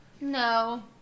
No